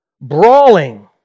brawling